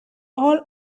all